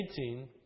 18